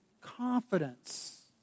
confidence